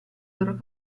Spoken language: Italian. loro